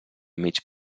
mig